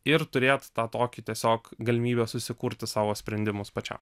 ir turėt tą tokį tiesiog galimybę susikurt savo sprendimus pačiam